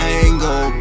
angle